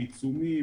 עיצומים,